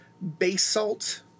basalt